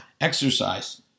exercise